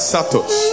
Satos